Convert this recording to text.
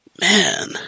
man